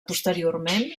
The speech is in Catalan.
posteriorment